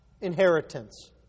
inheritance